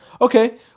Okay